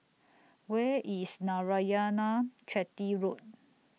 Where IS Narayanan Chetty Road